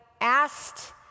asked